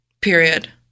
Period